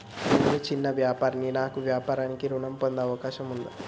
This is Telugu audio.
నేను చిన్న వ్యాపారిని నా వ్యాపారానికి ఋణం పొందే అవకాశం ఉందా?